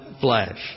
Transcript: flesh